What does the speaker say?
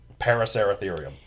Paraceratherium